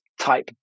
type